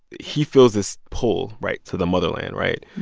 he feels this pull right? to the motherland, right? and